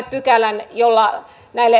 pykälän jolla